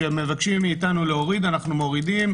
כשמבקשים מאתנו להוריד אנחנו מורידים.